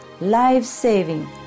life-saving